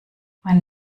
mein